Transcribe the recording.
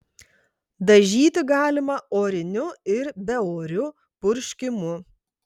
dažyti galima oriniu ir beoriu purškimu